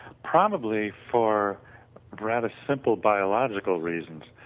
probably for rather simple biological reasons,